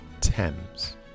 Thames